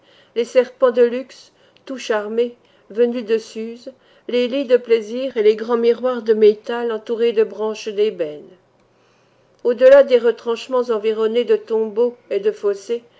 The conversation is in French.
les serpents de luxe tout charmés venus de suse les lits de plaisir et les grands miroirs de métal entourés de branches d'ébène au delà des retranchements environnée de tombeaux et de fossés